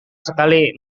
sekali